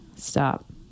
stop